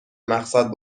مقصدم